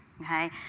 okay